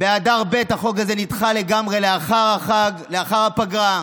ובאדר ב' החוק הזה נדחה לגמרי, לאחר הפגרה.